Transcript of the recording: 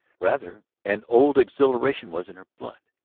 rather an old exhilaration was in her blood.